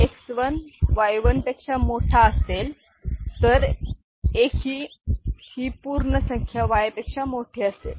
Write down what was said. X 1 Y 1 पेक्षा मोठा असेल तर एक ही पूर्ण संख्या Y पेक्षा मोठे असेल